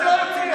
זה לא הפריע.